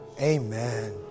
Amen